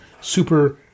super